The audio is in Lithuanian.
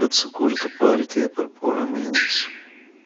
kad sukurtų partiją per porą mėnesių